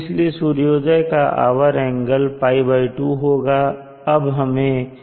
इसलिए सूर्योदय का आवर एंगल π2 होगा